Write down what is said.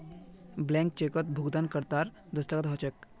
blank चेकत भुगतानकर्तार दस्तख्त ह छेक